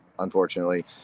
Unfortunately